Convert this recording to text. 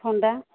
ଥଣ୍ଡା